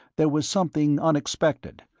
there was something unexpected,